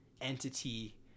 entity